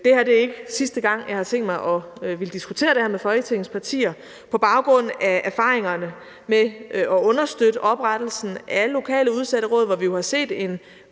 det her ikke er sidste gang, jeg har tænkt mig at ville diskutere det her med Folketingets partier. På baggrund af erfaringerne med at understøtte oprettelsen af lokale udsatteråd, hvor vi jo har set en